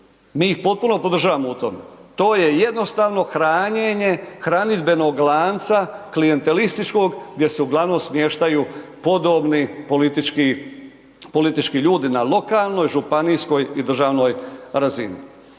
mi ih potpuno podržavamo u tome. To je jednostavno hranjenje hranidbenog lanca klijentelističkog gdje se uglavnom smještaju podobni politički ljudi na lokalnoj, županijskoj i državnoj razini.